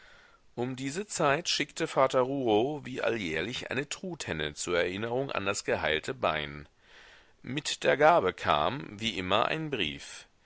um diese zeit schickte vater rouault wie alljährlich eine truthenne zur erinnerung an das geheilte bein mit der gabe kam wie immer ein brief